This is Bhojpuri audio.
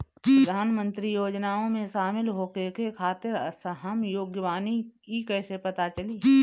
प्रधान मंत्री योजनओं में शामिल होखे के खातिर हम योग्य बानी ई कईसे पता चली?